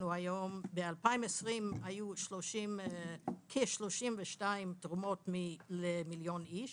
ב-2020 היו כ-32 תרומות למיליון איש,